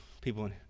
people